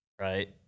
Right